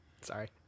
Sorry